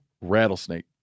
rattlesnake